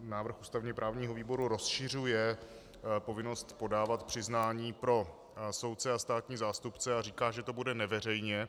Návrh ústavněprávního výboru rozšiřuje povinnost podávat přiznání pro soudce a státní zástupce a říká, že to bude neveřejně.